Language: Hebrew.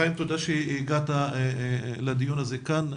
חיים, תודה שהגעת לדיון הזה כאן.